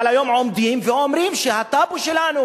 אבל היום עומדים ואומרים שהטאבו שלנו,